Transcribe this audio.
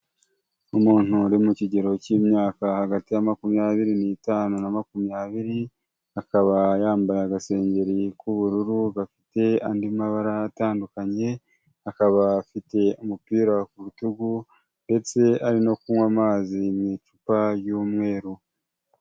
Umuntu uri mu kigero cy'imyaka hagati ya makumyabiri n'itanu na makumyabiri, akaba yambaye agasengeri k'ubururu gafite andi mabara atandukanye, akaba afite umupira ku rutugu ndetse ari no kunywa amazi mu icupa ry'umweru.